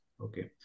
Okay